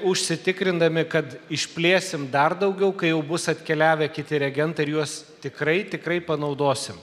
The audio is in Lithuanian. užsitikrindami kad išplėsim dar daugiau kai jau bus atkeliavę kiti reagentai ir juos tikrai tikrai panaudosim